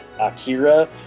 Akira